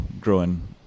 growing